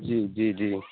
جی جی جی